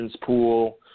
pool